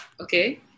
okay